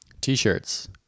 T-shirts